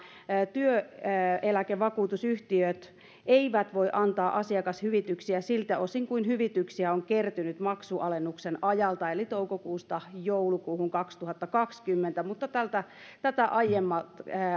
työeläkevakuutusyhtiöt eivät voi antaa asiakashyvityksiä siltä osin kuin hyvityksiä on kertynyt maksualennuksen ajalta eli toukokuusta joulukuuhun kaksituhattakaksikymmentä mutta tätä aiemmalta